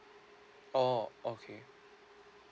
oh okay